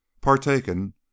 partaken